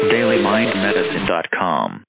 DailyMindMedicine.com